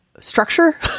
structure